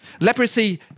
Leprosy